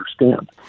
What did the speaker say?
understand